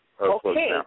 Okay